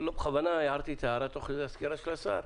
בכוונה הערתי את ההערה תוך כדי הסקירה של השר,